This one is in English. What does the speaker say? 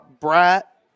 brat